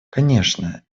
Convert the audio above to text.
конечно